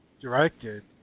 directed